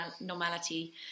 normality